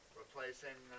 replacing